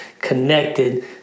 connected